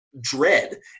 Dread